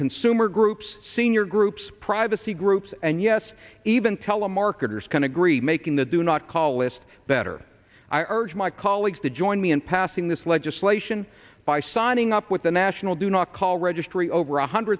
consumer groups senior groups privacy groups and yes even telemarketers can agree making the do not call list better i urge my colleagues to join me in passing this legislation by signing up with the national do not call registry over one hundred